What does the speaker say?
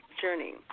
journey